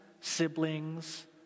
siblings